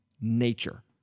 nature